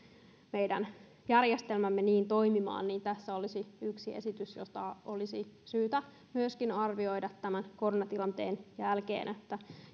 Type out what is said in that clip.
meidän järjestelmämme toimimaan niin tässä olisi yksi esitys jota olisi syytä arvioida myöskin tämän koronatilanteen jälkeen niin että